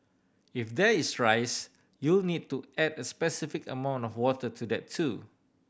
if there is rice you'll need to add a specified amount of water to that too